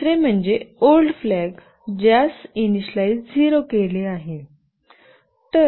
दुसरे म्हणजे old flag ज्यास इनिशिअलइज 0 केले आहे